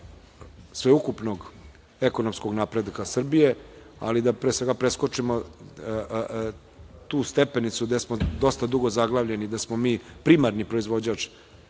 sveukupnog ekonomskog napretka Srbije, ali pre svega da preskočimo tu stepenicu gde smo dosta dugo zaglavljeni, da smo mi primarni proizvođač